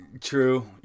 True